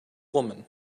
woman